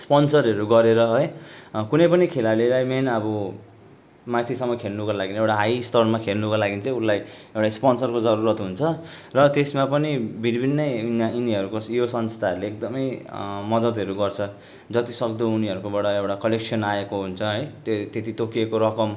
स्पोन्सरहरू गरेर है कुनै पनि खेलाडीलाई मेन अब माथिसम्म खेल्नुको लागि एउटा हाई स्तरमा खेल्नुको लागि चाहिँ उसलाई एउटा स्पोन्सरको जरुरत हुन्छ र त्यसमा पनि भिन्न भिन्नै यिनीहरू यिनीहरूको यो संस्थाहरूले एकदमै मद्दतहरू गर्छ जति सक्दो उनीहरूको बाट एउटा कलेक्सन आएको हुन्छ है त्यही त्यति तोकिएको रकम